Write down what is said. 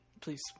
please